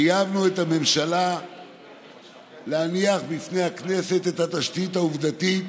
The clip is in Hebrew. חייבנו את הממשלה להניח בפני הכנסת את התשתית העובדתית